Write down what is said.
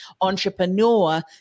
entrepreneur